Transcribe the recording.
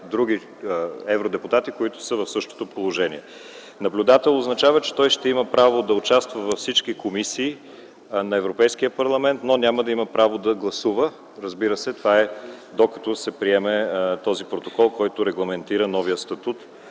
други евродепутати, които са в същото положение. Наблюдател означава, че той ще има право да участва във всички комисии на Европейския парламент, но няма да има право да гласува. Разбира се, това е докато се приеме протоколът, който ще регламентира новия статут